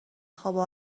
خوابو